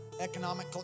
economic